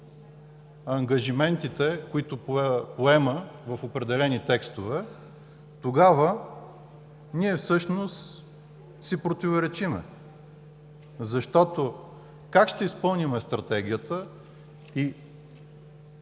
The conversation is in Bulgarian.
ангажиментите, които поема в определени текстове, тогава ние всъщност си противоречим. Как ще изпълним Стратегията и